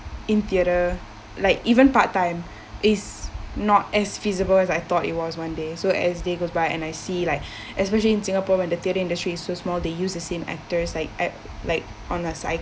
in theatre like even part time it's not as feasible as I thought it was one day so as day goes by and I see like especially in singapore when the theatre industry is so small they use the same actors like I like like on a